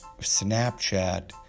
Snapchat